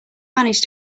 managed